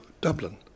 Dublin